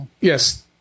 Yes